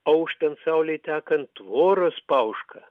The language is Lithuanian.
auštant saulei tekant tvoros pauška